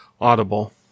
Audible